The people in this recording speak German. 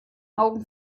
augen